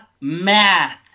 math